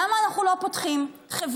למה אנחנו לא פותחים חברה,